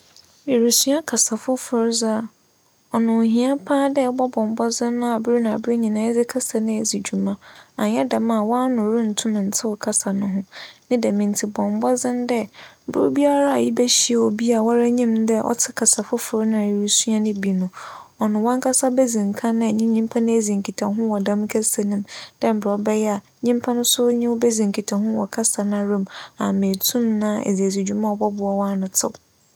Erusua kasa fofor dze a, ͻno ohia papaapa dɛ aber na aber nyinaa edze kasa no edzi dwuma, annyɛ dɛm a, w'ano runntum ntsew kasa no ho. Ne dɛm ntsi, bͻ mbͻdzen dɛ ber biara ebehyia obi a woara nyim dɛ ͻtse kasa fofor no a erusua no bi no, ͻno w'ankasa bedzi kan nye nyimpa no edzi nkitaho wͻ dɛm kasa no mu dɛ mbrɛ ͻbɛyɛ a nyimpa no so nye wo bedzi nkitaho wͻ kasa noara mu ama etum na edze edzi dwuma a ͻbͻboa w'ano tsew.